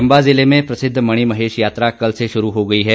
चंबा जिले में प्रसिद्ध मणिमहेश यात्रा कल से शुरू हो गई है